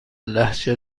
لهجه